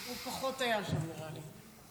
הוא פחות היה שם, נראה לי.